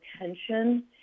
attention